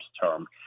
term